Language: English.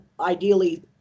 ideally